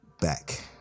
back